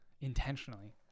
intentionally